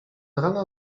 rana